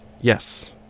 Yes